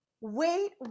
wait